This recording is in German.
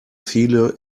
viele